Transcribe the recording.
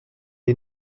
est